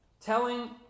telling